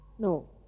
No